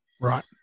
Right